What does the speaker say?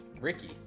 Ricky